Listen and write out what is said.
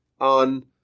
On